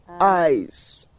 eyes